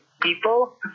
people